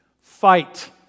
fight